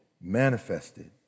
manifested